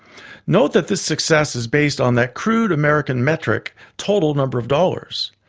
note that this success is based on that crude american metric, total number of dollars.